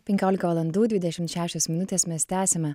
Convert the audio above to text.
penkiolika valandų dvidešimt šešios minutės mes tęsiame